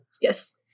Yes